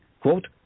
Quote